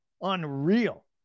Unreal